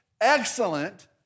excellent